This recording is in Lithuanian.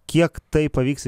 kiek tai pavyks